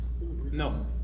no